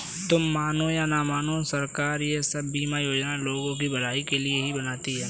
तुम मानो या न मानो, सरकार ये सब बीमा योजनाएं लोगों की भलाई के लिए ही बनाती है